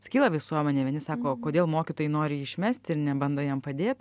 skyla visuomenė vieni sako kodėl mokytojai nori jį išmesti ir nebando jam padėt